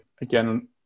again